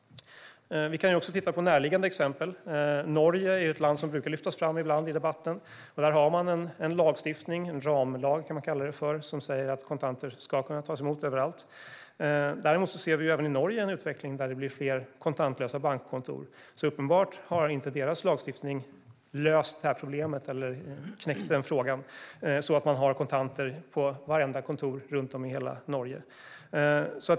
Vi kan också titta på närliggande exempel. Norge är ett land som brukar lyftas fram i debatten. Där har man en lagstiftning, en ramlag kan man kalla det för, som säger att kontanter ska kunna tas emot överallt. Ändå ser vi även i Norge en utveckling mot att det blir fler kontantlösa bankkontor, så deras lagstiftning har uppenbarligen inte löst problemet så att man har kontanter på vartenda kontor runt om i hela Norge.